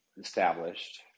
established